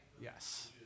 Yes